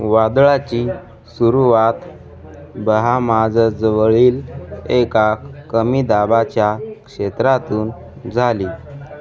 वादळाची सुरुवात बहामाजजवळील एका कमी दाबाच्या क्षेत्रातून झाली